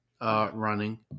running